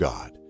God